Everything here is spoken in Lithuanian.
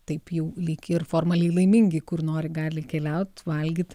taip jau lyg ir formaliai laimingi kur nori gali keliaut valgyt